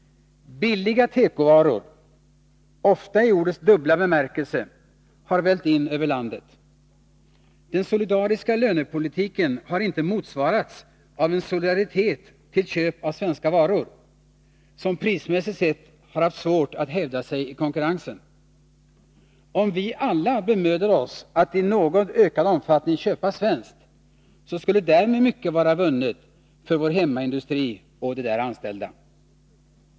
Billiga tekovaror — ofta i ordets dubbla bemärkelse — har vällt in över landet. Den solidariska lönepolitiken har inte motsvarats av en solidaritet till köp av svenska varor, som prismässigt sett haft svårt att hävda sig i konkurrensen. Om vi alla bemödade oss att i någon ökad omfattning köpa svenskt, så skulle därmed mycket vara vunnet för vår hemmaindustri och de anställda där.